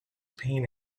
pain